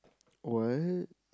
what